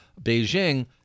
Beijing